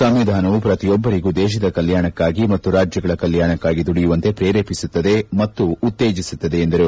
ಸಂವಿಧಾನವು ಪ್ರತಿಯೊಬ್ಬರಿಗೂ ದೇಶದ ಕಲ್ಯಾಣಕ್ಷಾಗಿ ಮತ್ತು ರಾಜ್ಯಗಳ ಕಲ್ಯಾಣಕ್ಷಾಗಿ ದುಡಿಯುವಂತೆ ಪ್ರೇರೇಪಿಸುತ್ತದೆ ಮತ್ತು ಉತ್ತೇಜೆಸುತ್ತದೆ ಎಂದರು